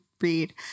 read